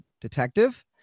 detective